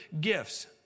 gifts